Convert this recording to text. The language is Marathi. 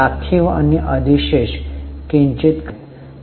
राखीव आणि अधिशेष किंचित खाली गेले आहेत